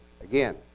Again